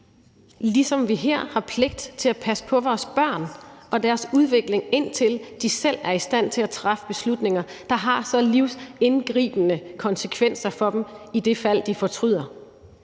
ligesom vi har pligt til at passe på vores børn og deres udvikling, indtil de selv er i stand til at træffe beslutninger, der har så livsindgribende konsekvenser for dem, ifald de fortryder.